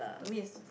to me is